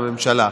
בממשלה,